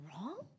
wrong